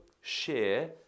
share